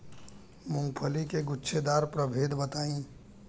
मूँगफली के गूछेदार प्रभेद बताई?